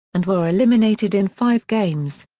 and were eliminated in five games.